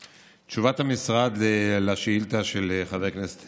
זו תשובת המשרד על השאילתה של חבר הכנסת